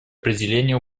определение